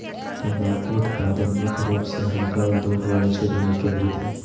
तम्बाकू उत्पादन मुख्य रूप से हल्का और धूप वला क्षेत्र में केंद्रित हइ